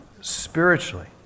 spiritually